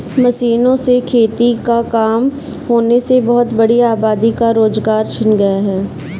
मशीनों से खेती का काम होने से बहुत बड़ी आबादी का रोजगार छिन गया है